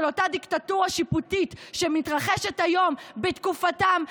אותה דיקטטורה שיפוטית שמתרחשת היום בתקופתם,